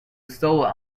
solo